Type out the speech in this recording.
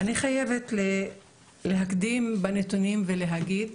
אני חייבת להקדים בנתונים ולהגיד